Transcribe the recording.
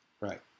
Right